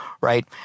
Right